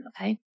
okay